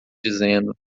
dizendo